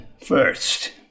First